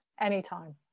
Anytime